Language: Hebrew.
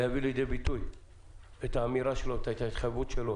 להביא לידי ביטוי את האמירה שלו ואת ההתחייבות שלו